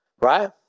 Right